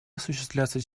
осуществляться